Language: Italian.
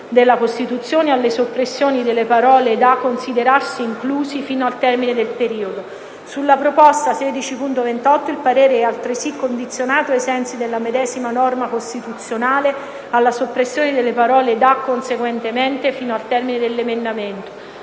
della Costituzione, alla soppressione delle parole da: "da considerarsi inclusi" fino al termine del periodo. Sulla proposta 16.28 il parere è altresì condizionato ai sensi della medesima norma costituzionale, alla soppressione delle parole da: "Conseguentemente" fino al termine dell'emendamento.